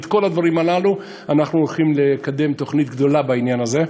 את כל הדברים הללו אנחנו הולכים לקדם בתוכנית גדולה בעניין הזה.